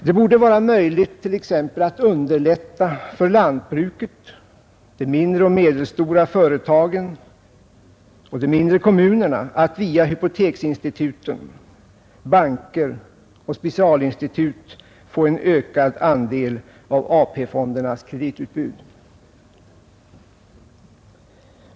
Det borde exempelvis vara möjligt att underlätta för lantbruket, de mindre och medelstora företagen och de mindre kommunerna att via hypoteksinstitut, banker och specialinstitut få en ökad andel av AP-fondernas kreditutbud.